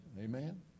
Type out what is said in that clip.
amen